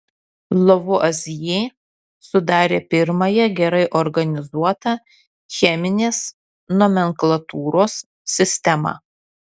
lavuazjė sudarė pirmąją gerai organizuotą cheminės nomenklatūros sistemą